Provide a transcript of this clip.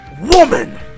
Woman